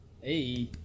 Hey